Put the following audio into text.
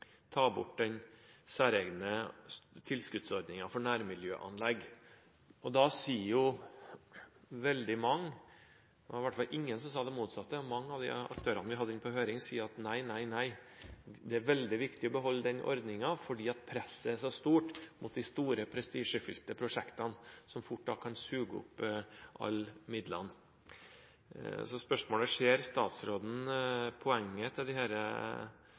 hvert fall ingen som sa det motsatte – at nei, det er veldig viktig å beholde den ordningen, for presset er så stort mot de store prestisjefylte prosjektene som fort kan suge opp alle midlene. Spørsmålet er: Ser statsråden poenget med at alle disse organisasjonene har tatt opp det spørsmålet, og er hun bekymret for støtten til